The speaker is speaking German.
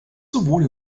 sowohl